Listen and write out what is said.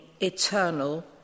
eternal